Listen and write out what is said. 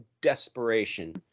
desperation